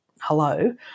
hello